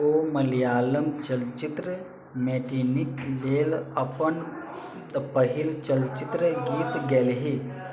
ओ मलयालम चलचित्र मैटिनीक लेल अपन पहिल चलचित्र गीत गैलीह